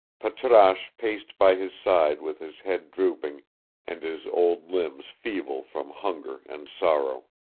patrasche paced by his side with his head drooping and his old limbs feeble from hunger and sorrow.